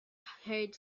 heard